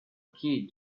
kid